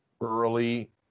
Early